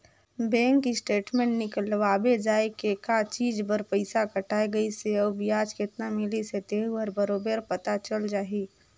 bank statement निकलवाबे जाये के का चीच बर पइसा कटाय गइसे अउ बियाज केतना मिलिस हे तेहू हर बरोबर पता चल जाही